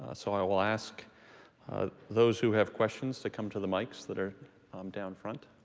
ah so i will ask those who have questions to come to the mics that are down front.